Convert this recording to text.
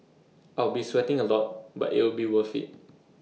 I'll be sweating A lot but it'll be worth IT